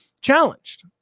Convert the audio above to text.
challenged